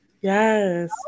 Yes